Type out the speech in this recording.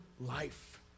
life